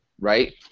right